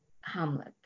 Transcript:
Hamlet